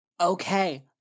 Okay